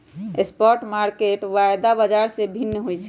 spot market वायदा बाजार से भिन्न होइ छइ